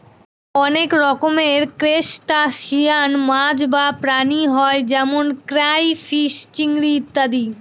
অনেক রকমের ত্রুসটাসিয়ান মাছ বা প্রাণী হয় যেমন ক্রাইফিষ, চিংড়ি ইত্যাদি